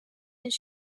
his